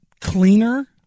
cleaner